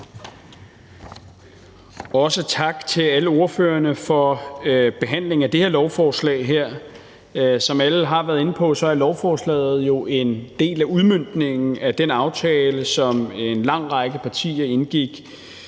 sige tak til alle ordførerne for behandlingen af det her lovforslag. Som alle har været inde på, er lovforslaget jo en del af udmøntningen af den aftale, som en lang række partier indgik,